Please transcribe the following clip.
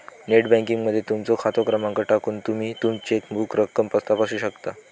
net banking मध्ये तुमचो खाते क्रमांक टाकून तुमी चेकची रक्कम तपासू शकता